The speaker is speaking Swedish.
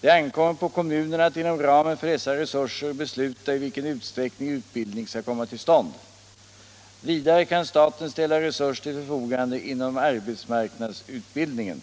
Det ankommer på kommunerna att inom ramen för dessa resurser besluta i vilken utsträckning utbildning skall komma till stånd. Vidare kan staten ställa resurser till förfogande inom arbetsmarknadsutbildningen.